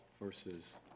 versus